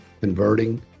converting